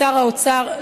לשר האוצר,